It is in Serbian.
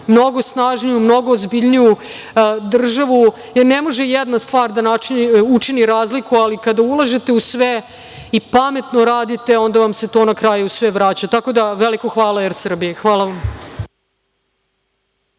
mnogo snažniju, mnogo ozbiljniju državu. Ne može jedna stvar da učini razliku, ali kada ulažete u sve i pametno radite onda vam se to na kraju sve vraća. Tako da, veliko hvala „Er Srbiji“. Hvala vam.